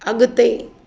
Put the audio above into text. अॻिते